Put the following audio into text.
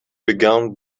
began